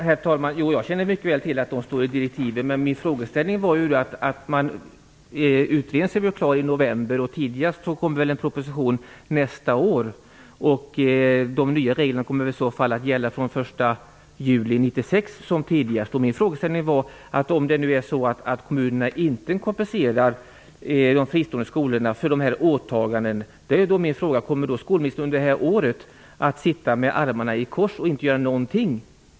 Fru talman! Jag känner mycket väl till att detta står i direktivet. Utredningen skall vara klar i november. En proposition kommer väl tidigast nästa år. De nya reglerna kommer i så fall att gälla från den 1 juli 1996 som tidigast. Om kommunerna inte kompenserar de fristående skolorna för de åtaganden som de har, kommer skolministern då att sitta med armarna i kors under det här året och inte göra någonting?